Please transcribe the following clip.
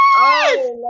Yes